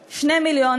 תודה, לכבוד יהיה לי.